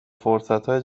فرصتهای